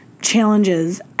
challenges